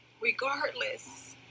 regardless